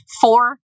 four